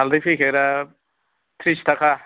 हालदै पेकेटा ट्रिस्ताखा